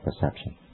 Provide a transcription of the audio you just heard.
perception